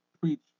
preach